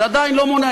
זה עדיין לא מונע,